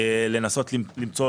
לנסות למצוא